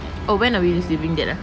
oh when are we receiving that ah